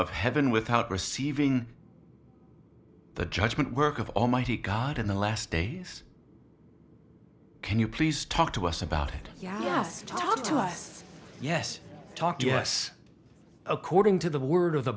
of heaven without receiving the judgment work of almighty god in the last days can you please talk to us about it yes talk to us yes talk to us according to the word of the